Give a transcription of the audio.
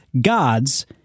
God's